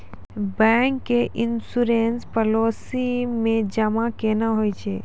Bank के insurance policy मे जमा केना होय छै?